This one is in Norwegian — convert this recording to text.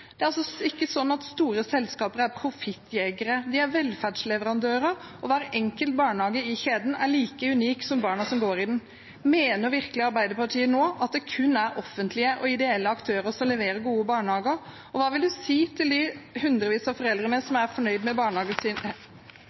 Det er ikke sånn at store selskaper er profittjegere. De er velferdsleverandører, og hver enkelt barnehage i kjeden er like unik som barna som går i den. Mener virkelig Arbeiderpartiet nå at det kun er offentlige og ideelle aktører som leverer gode barnehager? Og hva vil de si til de hundrevis av foreldrene som er fornøyd med barnehagen sin?